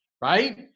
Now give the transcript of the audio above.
Right